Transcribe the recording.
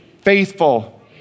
Faithful